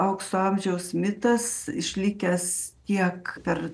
aukso amžiaus mitas išlikęs tiek per